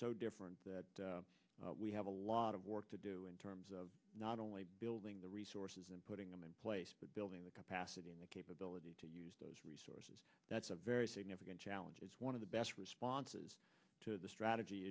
so different that we have a lot of work to do in terms of not only building the resources and putting them in place but building the capacity and the capability to use those resources that's a very significant challenge is one of the best responses to the strategy